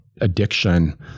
addiction